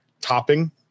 topping